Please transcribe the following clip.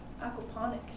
Aquaponics